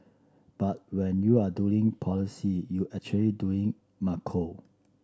but when you are doing policy you actually doing macro